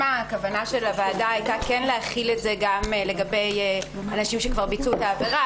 כוונת הוועדה הייתה כן להחיל את זה גם לגבי אנשים שכבר ביצעו את העבירה,